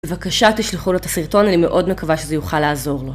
בבקשה תשלחו לו את הסרטון אני מאוד מקווה שזה יוכל לעזור לו